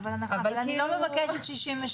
אבל אני לא מבקשת 68,